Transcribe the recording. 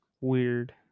weird